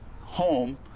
home